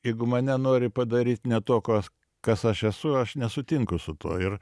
jeigu mane nori padaryt ne tuo kuo kas aš esu aš nesutinku su tuo ir